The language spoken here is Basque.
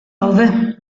daude